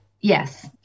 yes